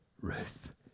Ruth